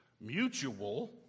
mutual